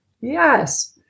Yes